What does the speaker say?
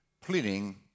pleading